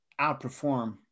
outperform